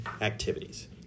Activities